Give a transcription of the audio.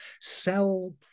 sell